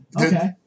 Okay